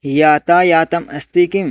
यातायातम् अस्ति किम्